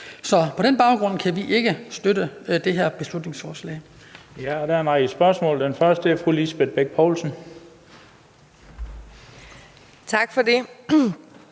Så på den baggrund kan vi ikke støtte det her beslutningsforslag.